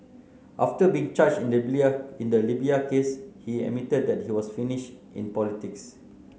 after being charged in the in the Libya case he admitted that he was finished in politics